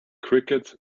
crickets